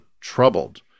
troubled